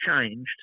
changed